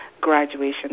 graduation